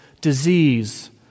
disease